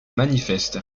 manifeste